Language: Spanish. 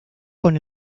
con